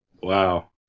Wow